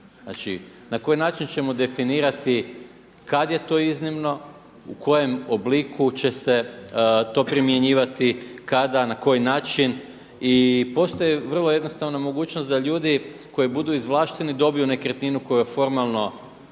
Znači na koji način ćemo definirati kad je to iznimno, u kojem obliku će se to primjenjivati, kada, na koji način. I postoje vrlo jednostavno mogućnost da ljudi koji budu izvlašteni dobiju nekretninu koja formalno